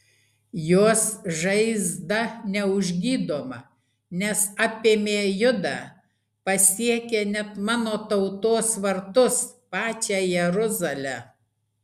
jos žaizda neužgydoma nes apėmė judą pasiekė net mano tautos vartus pačią jeruzalę